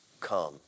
come